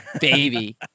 Baby